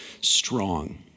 strong